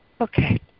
Okay